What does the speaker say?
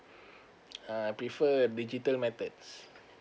uh I prefer err digital methods